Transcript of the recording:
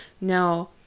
Now